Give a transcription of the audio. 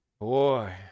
Boy